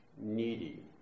needy